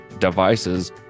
devices